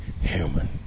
human